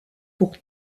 pour